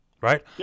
Right